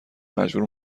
مجبور